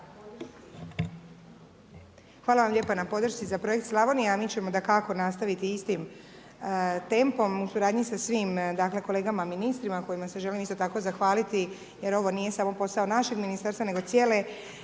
Hvala vam lijepa na podršci za projekt Slavonija. Mi ćemo dakako nastaviti istim tempom u suradnji sa svim dakle, kolegama ministrima kojima se želim isto tako zahvaliti jer ovo nije samo posao našeg Ministarstva nego cijele